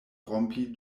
rompi